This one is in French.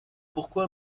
pourquoi